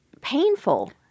painful